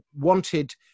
wanted